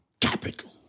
capital